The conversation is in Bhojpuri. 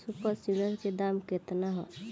सुपर सीडर के दाम केतना ह?